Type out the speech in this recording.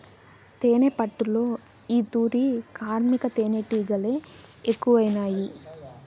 తేనెపట్టులో ఈ తూరి కార్మిక తేనీటిగలె ఎక్కువైనాయి